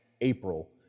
april